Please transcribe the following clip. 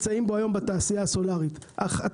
בתעשייה הסולארית, נמצאים בו.